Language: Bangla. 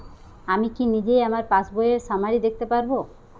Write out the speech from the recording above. আমি কি নিজেই আমার পাসবইয়ের সামারি দেখতে পারব?